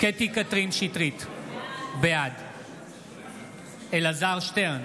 קטי קטרין שטרית, בעד אלעזר שטרן,